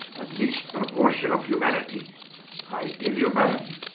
least proportion of humanitie i tell you madame,